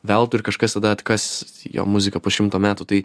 veltui ir kažkas tada atkas jo muziką po šimto metų tai